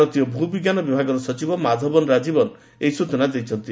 ଭାରତୀୟ ଭ ବିଙ୍କାନ ବିଭାଗ ସଚିବ ମାଧବନ୍ ରାଜୀବନ୍ ସୂଚନା ଦେଇଛନ୍ତି